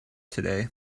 today